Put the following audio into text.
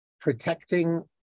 protecting